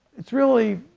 it's really,